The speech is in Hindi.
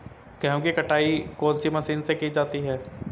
गेहूँ की कटाई कौनसी मशीन से की जाती है?